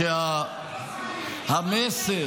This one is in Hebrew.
שהמסר